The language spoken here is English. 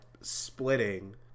splitting